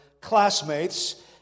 classmates